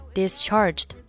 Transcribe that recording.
discharged